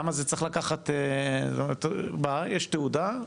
למה זה צריך לקחת, יש תעודה?